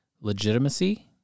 legitimacy